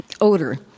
odor